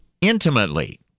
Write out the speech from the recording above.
intimately